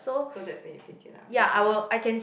so that's when you pick it up you can't